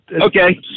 okay